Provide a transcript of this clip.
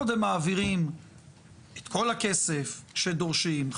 קודם מעבירים את כל הכסף שדורשים,